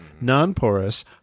non-porous